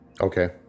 okay